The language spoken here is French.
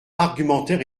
argumentaire